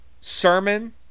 Sermon